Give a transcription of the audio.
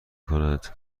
کند